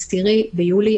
ה-10 ביולי.